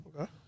Okay